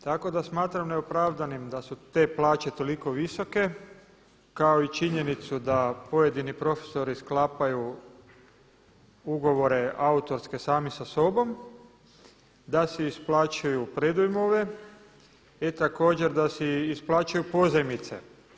Tako da smatram neopravdanim da su te plaće toliko visoke kao i činjenicu da pojedini profesori sklapaju ugovore autorske sami sa sobom, da si isplaćuju predujmove i također da si isplaćuju pozajmice.